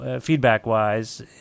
feedback-wise